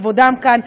כבודם כאן,